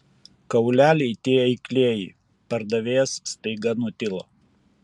kauleliai tie eiklieji pardavėjas staiga nutilo